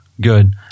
good